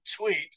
tweet